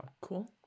cool